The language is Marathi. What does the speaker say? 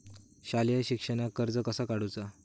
शालेय शिक्षणाक कर्ज कसा काढूचा?